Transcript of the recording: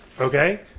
Okay